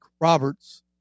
Roberts